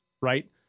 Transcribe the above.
right